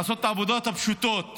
לעשות את העבודות הפשוטות